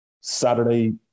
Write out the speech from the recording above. Saturday